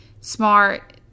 smart